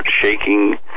shaking